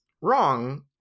wrong